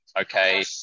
okay